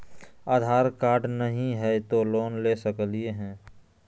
आधार card नही हय, तो लोन ले सकलिये है?